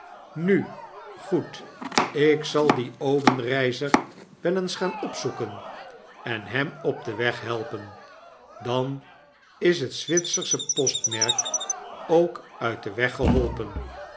nu goed ik zal dien obenreizer wel eens gaan opzoeken en hem op den weg helpen dan is het zwitsersche postmerk ook uit den weg geholpen